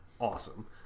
awesome